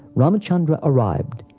ramchandra arrived,